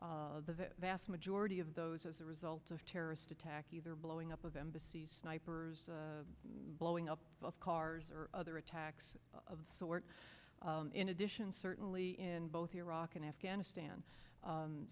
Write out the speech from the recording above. duty vast majority of those as a result of terrorist attack either blowing up of embassies snipers blowing up of cars or other attacks of sorts in addition certainly in both iraq and afghanistan